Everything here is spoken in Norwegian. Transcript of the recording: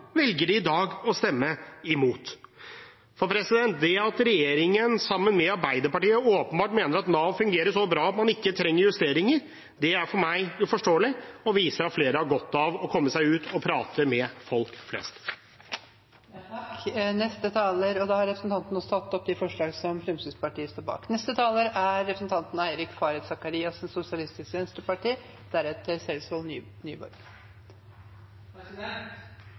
velger de i dag å stemme imot. Det at regjeringen, sammen med Arbeiderpartiet, åpenbart mener at Nav fungerer så bra at man ikke trenger justeringer, er for meg uforståelig og viser at flere har godt av å komme seg ut og prate med folk flest. Representanten Erlend Wiborg har tatt opp de